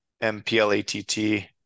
M-P-L-A-T-T